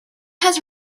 has